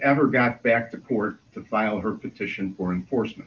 ever got back to court to file her petition for enforcement